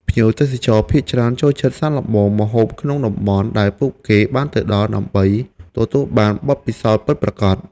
ភ្ញៀវទេសចរភាគច្រើនចូលចិត្តសាកល្បងម្ហូបក្នុងតំបន់ដែលពួកគេបានទៅដល់ ដើម្បីទទួលបានបទពិសោធន៍ពិតប្រាកដ។